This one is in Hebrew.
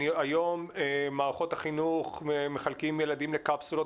היום במערכות החינוך מחלקים ילדים לקפסולות,